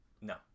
No